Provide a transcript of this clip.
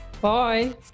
Bye